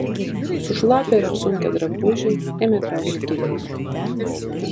sušlapę ir apsunkę drabužiai ėmė traukti gilyn